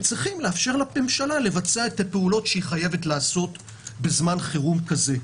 צריכים לאפשר לממשלה לבצע את הפעולות שהיא חייבת לעשות בזמן חירום כזה.